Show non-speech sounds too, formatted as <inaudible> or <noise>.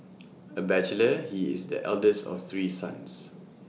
<noise> A bachelor he is the eldest of three sons